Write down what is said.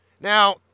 now